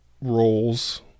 roles